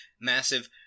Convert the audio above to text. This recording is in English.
massive